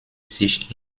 sich